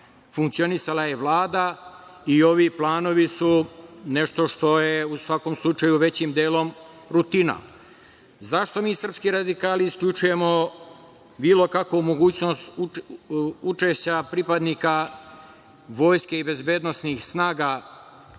funkcionisala je Vlada i ovi planovi su nešto što je u svakom slučaju većim delom rutina.Zašto mi srpski radikali isključujemo bilo kakvu mogućnost učešća pripadnika Vojske i bezbednosti snaga u